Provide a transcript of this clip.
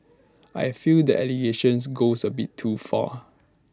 I fear that allegations goes A bit too far